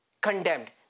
condemned